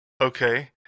Okay